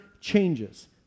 changes